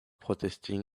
protesting